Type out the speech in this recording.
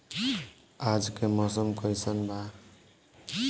आज के मौसम कइसन बा?